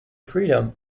freedom